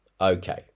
okay